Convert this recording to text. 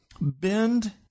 bend